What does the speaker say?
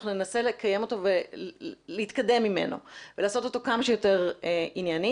אנחנו ננסה לקיים אותו ולהתקדם ממנו ולעשות אותו כמה שיותר ענייני,